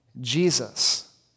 Jesus